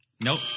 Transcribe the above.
Nope